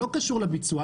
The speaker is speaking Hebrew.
לא קשור לביצוע.